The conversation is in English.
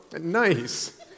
nice